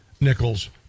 Nichols